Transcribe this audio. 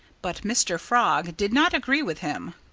but mr. frog did not agree with him.